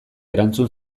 erantzun